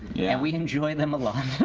yeah we enjoy them a lot.